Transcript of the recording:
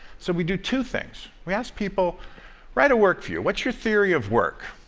so we do two things. we ask people write a work view. what's your theory of work?